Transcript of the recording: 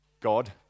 God